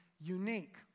unique